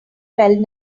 felt